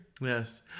Yes